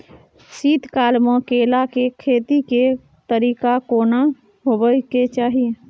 शीत काल म केला के खेती के तरीका केना होबय के चाही?